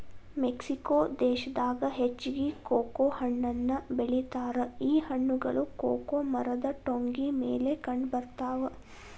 Mexico ದೇಶದಾಗ ಹೆಚ್ಚಾಗಿ cocoa ಹಣ್ಣನ್ನು ಬೆಳಿತಾರ ಈ ಹಣ್ಣುಗಳು ಕೊಕೊ ಮರದ ಟೊಂಗಿ ಮೇಲೆ ಕಂಡಬರ್ತಾವ